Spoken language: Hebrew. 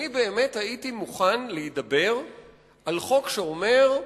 הייתי מוכן להידבר על חוק שאומר: